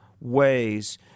ways